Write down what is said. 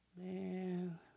Man